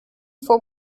vor